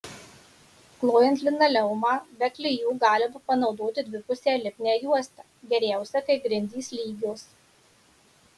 klojant linoleumą be klijų galima panaudoti dvipusę lipnią juostą geriausia kai grindys lygios